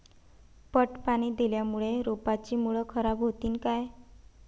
पट पाणी दिल्यामूळे रोपाची मुळ खराब होतीन काय?